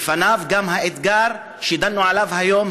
בפניו גם האתגר שדנו בו היום,